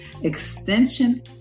extension